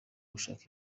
gushaka